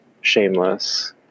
Shameless